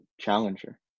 challenger